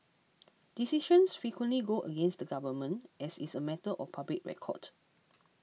decisions frequently go against the government as is a matter of public record